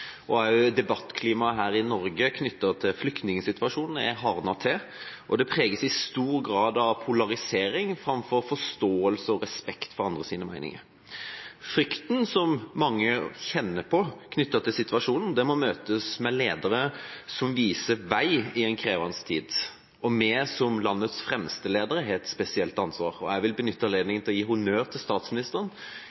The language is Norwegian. Debattklimaet her i Norge knyttet til flyktningsituasjonen har hardnet til, og det preges i stor grad av polarisering framfor av forståelse og respekt for andres meninger. Frykten som mange kjenner på knyttet til situasjonen, må møtes med ledere som viser vei i en krevende tid. Vi, som landets fremste ledere, har et spesielt ansvar, og jeg vil benytte